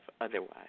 otherwise